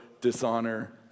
dishonor